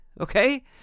okay